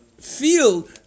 feel